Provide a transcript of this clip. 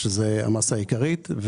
אנחנו